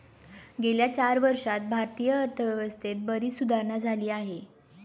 गेल्या चार वर्षांत भारतीय अर्थव्यवस्थेत बरीच सुधारणा झाली आहे